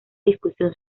discusión